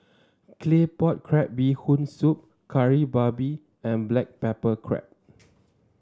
Claypot Crab Bee Hoon Soup Kari Babi and Black Pepper Crab